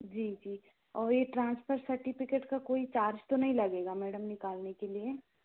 जी जी और ये ट्रांसफर सर्टिफिकेट का कोई चार्ज तो नहीं लगेगा मैडम निकालने के लिए